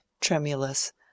tremulous